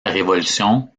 révolution